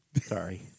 Sorry